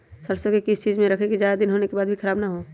सरसो को किस चीज में रखे की ज्यादा दिन होने के बाद भी ख़राब ना हो?